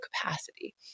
capacity